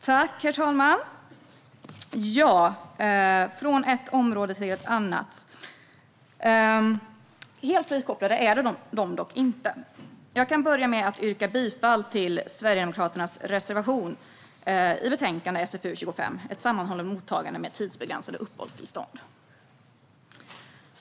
Herr talman! Vi går från ett område till ett annat - helt frikopplade är de dock inte. Jag börjar med att yrka bifall till Sverigedemokraternas reservation i betänkandet SfU25 Ett sammanhållet mottagande med tidsbegränsade uppehållstillstånd .